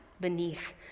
beneath